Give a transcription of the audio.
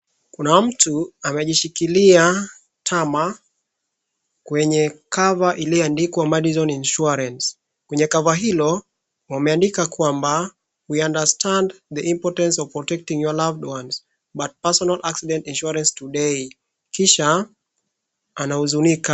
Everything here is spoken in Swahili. Kuna mtu amejishikilia tama kwenye cover iliyoandikwa Madison Insuarance. Kwenye cover hilo, wameandika kwamba; We understand the importance of protecting your loved ones. Buy a Personal Accident Insurance Today! ; kisha anahuzunika.